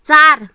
चार